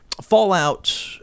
Fallout